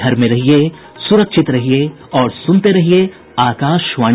घर में रहिये सुरक्षित रहिये और सुनते रहिये आकाशवाणी